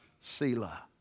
Selah